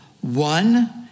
One